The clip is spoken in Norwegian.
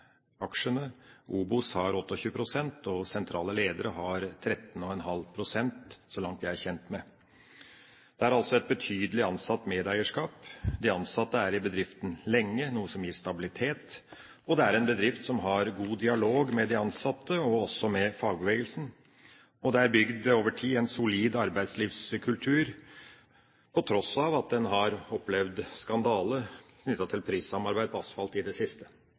aksjene, Obos har 28 pst. og sentrale ledere har 13,5 pst., så langt jeg er kjent med det. De ansatte har altså et betydelig medeierskap. De ansatte er i bedriften lenge, noe som gir stabilitet, og det er en bedrift som har god dialog med de ansatte og også med fagbevegelsen. Det er over tid bygd en solid arbeidslivskultur, på tross av at de har opplevd skandale knyttet til prissamarbeid på asfalt i det siste.